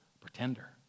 pretender